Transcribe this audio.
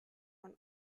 von